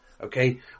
Okay